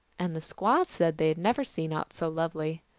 and the squaws said they had never seen aught so lovely.